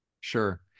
Sure